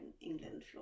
England